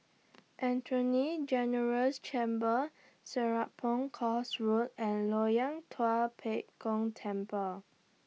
Attorney General's Chambers Serapong Course Road and Loyang Tua Pek Kong Temple